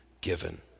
given